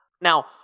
Now